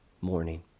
morning